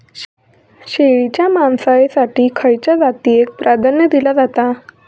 शेळीच्या मांसाएसाठी खयच्या जातीएक प्राधान्य दिला जाता?